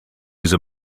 use